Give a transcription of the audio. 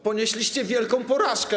Ponieśliście wielką porażkę.